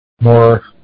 more